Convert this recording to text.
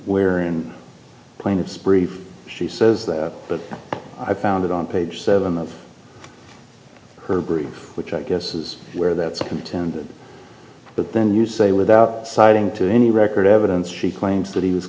where in plaintiff's brief she says that but i found it on page seven of her grief which i guess is where that's a contender but then you say without citing to any record evidence she claims that he was